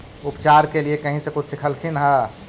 उपचार के लीये कहीं से कुछ सिखलखिन हा?